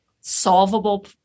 solvable